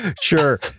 Sure